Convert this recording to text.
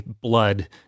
blood